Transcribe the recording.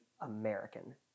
American